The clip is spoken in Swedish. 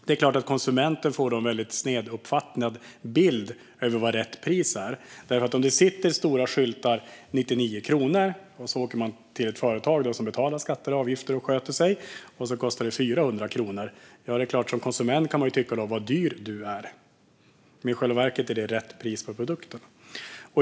Det är klart att konsumenter får en väldigt sned bild av vad som är rätt pris. Om det sitter stora skyltar där det står 99 kronor och man åker till ett företag som betalar skatter och avgifter och sköter sig och det där kostar 400 kronor kan man som konsument tycka att det är dyrt. Men i själva verket är detta rätt pris på produkten.